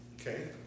Okay